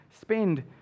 spend